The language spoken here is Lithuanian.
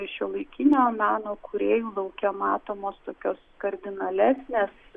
šiuolaikinio meno kūrėjų lauke matomos tokios kardinalesnės